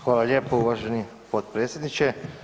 Hvala lijepo uvaženi potpredsjedniče.